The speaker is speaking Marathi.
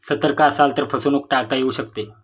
सतर्क असाल तर फसवणूक टाळता येऊ शकते